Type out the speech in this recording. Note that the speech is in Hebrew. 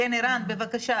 ערן מהנציבות, בבקשה.